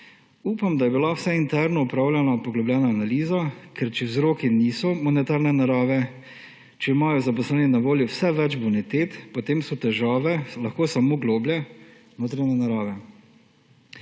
Upam, da je bila vsaj interno opravljena poglobljena analiza, ker če vzroki niso monetarne narave, če imajo zaposleni na voljo vse več bonitet, potem so težave lahko samo globlje notranje narave.